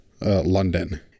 London